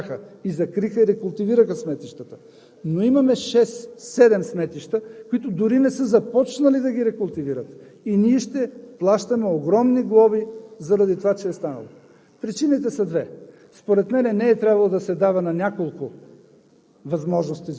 изобщо някои не положиха усилия. Много положиха усилия и успяха, закриха, рекултивираха сметищата. Но имаме шест- седем сметища, които дори не са започнали да ги рекултивират, и ние ще плащаме огромни глоби, заради това че е станало. Причините са две.